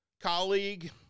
colleague